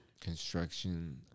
construction